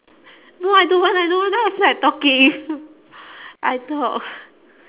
no I don't want I don't want now I feel like talking I talk